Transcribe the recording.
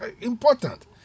important